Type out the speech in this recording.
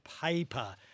paper